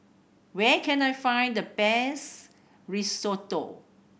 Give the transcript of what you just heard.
where can I find the best Risotto